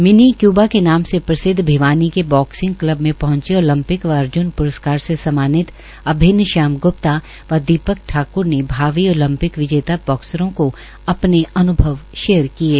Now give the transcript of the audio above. mini Cuba के नाम से प्रसिद्व भिवानी के बॉक्सिंग क्लब में पहुंचे ओलंपिक व अर्ज्न प्रस्कार से सम्मानित अभिन्न श्याम ग्प्ता व दीपक ठाक्र भावी ओलंपिक विजेता बॉक्सरों को अपने अन्भव शेयर करने पहंचे